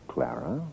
Clara